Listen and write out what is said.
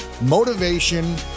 Motivation